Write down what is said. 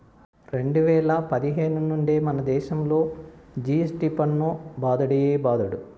రెండు వేల పదిహేను నుండే మనదేశంలో జి.ఎస్.టి పన్ను బాదుడే బాదుడు